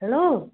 hello